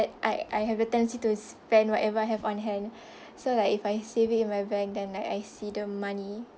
I I I have a tendency to spend whatever I have on hand so like if I save it in my bank then I I see the money